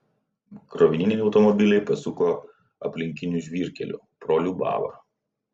krovininiai automobiliai pasuko aplinkiniu žvyrkeliu pro liubavą